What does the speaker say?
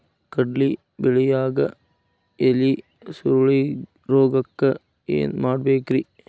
ಕಡ್ಲಿ ಬೆಳಿಯಾಗ ಎಲಿ ಸುರುಳಿರೋಗಕ್ಕ ಏನ್ ಮಾಡಬೇಕ್ರಿ?